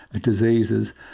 diseases